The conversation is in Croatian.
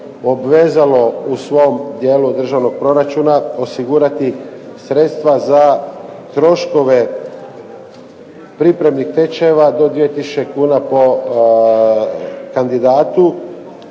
obvezalo u svom dijelu državnog proračuna osigurati sredstva za troškove pripremnih tečajeva do 2000. kuna po kandidatu